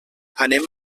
anem